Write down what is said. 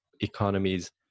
economies